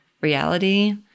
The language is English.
reality